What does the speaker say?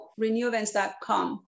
renewevents.com